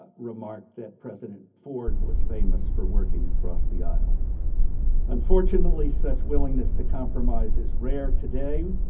ah remarked that president ford was famous for working across the isle unfortunately such willingness to compromise is rare today,